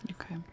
okay